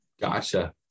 Gotcha